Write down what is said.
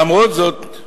למרות זאת,